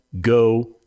go